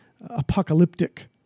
apocalyptic